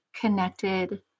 connected